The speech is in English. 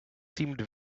seemed